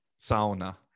sauna